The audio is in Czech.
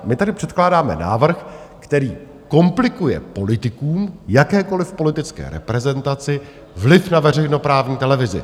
My tady předkládáme návrh, který komplikuje politikům, jakékoli politické reprezentaci, vliv na veřejnoprávní televizi.